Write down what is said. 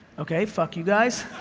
okay, fuck you guys.